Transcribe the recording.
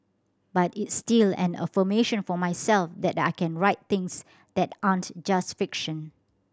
but it's still an affirmation for myself that I can write things that aren't just fiction